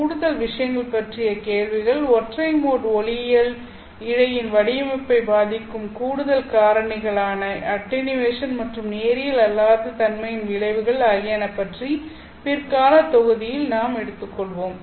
கூடுதல் விஷயங்கள் பற்றிய கேள்விகள் ஒற்றை மோட் ஒளியியல் இழையின் வடிவமைப்பைப் பாதிக்கும் கூடுதல் காரணிகளான அட்டெனியேஷன் மற்றும் நேரியல் அல்லாத தன்மையின் விளைவுகள் ஆகியன பற்றி பிற்கால தொகுதிகளில் நாம் எடுத்துக்கொள்வோம்